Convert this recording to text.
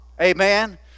Amen